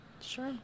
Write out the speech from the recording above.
Sure